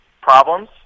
problems